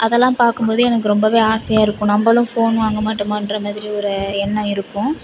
அதல்லாம் பார்க்கும்போது எனக்கு ரொம்பவே ஆசையாக இருக்கும் நம்மளும் ஃபோன் வாங்க மாட்டோமான்ற மாதிரி ஒரு எண்ணம் இருக்கும்